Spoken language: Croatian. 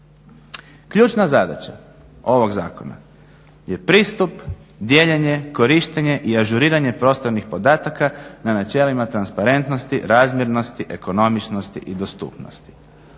Ključna zadaća ovog zakona je pristup, dijeljenje, korištenje i ažuriranje prostornih podataka na načelima transparentnosti, razmjernosti, ekonomičnosti i dostupnosti.